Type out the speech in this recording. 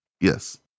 Yes